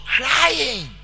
crying